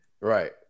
Right